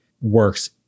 works